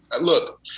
look